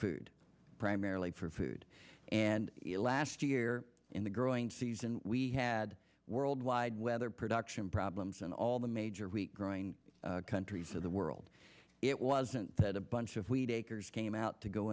food primarily for food and last year in the growing season we had world wide weather production problems in all the major wheat growing countries of the world it wasn't that a bunch of wheat acres came out to go